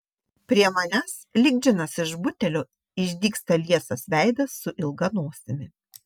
prie manęs lyg džinas iš butelio išdygsta liesas veidas su ilga nosimi